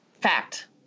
fact